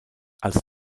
als